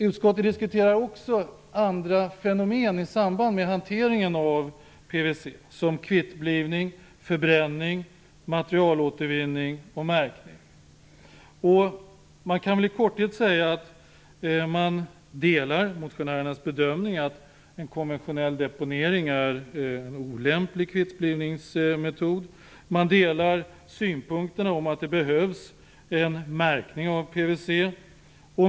Utskottet diskuterar också andra fenomen i samband med hanteringen av PVC, som kvittblivning, förbränning, materialåtervinning och märkning. Man kan i korthet säga att utskottet delar motionärernas bedömning att en konventionell deponering är en olämplig kvittblivningsmetod. Man delar synpunkterna att det behövs en märkning av PVC.